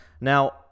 Now